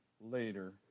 later